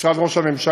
משרד ראש הממשלה,